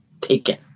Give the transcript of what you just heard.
taken